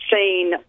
seen